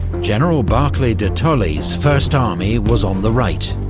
general barclay de tolly's first army was on the right,